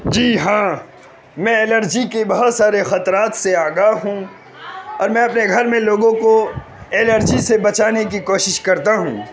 جی ہاں میں ایلرجی کے بہت سارے خطرات سے آگاہ ہوں اور میں اپنے گھر میں لوگوں کو ایلرجی سے بچانے کی کوشش کرتا ہوں